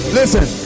listen